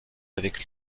avec